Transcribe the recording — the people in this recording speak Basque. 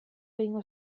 egingo